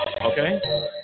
Okay